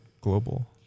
global